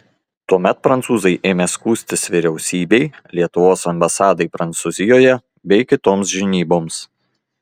tuomet prancūzai ėmė skųstis vyriausybei lietuvos ambasadai prancūzijoje bei kitoms žinyboms